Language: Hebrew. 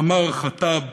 עאמר חטאב,